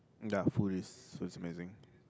ya food is food is amazing